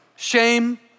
Shame